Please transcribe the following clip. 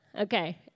Okay